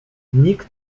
nikt